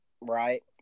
right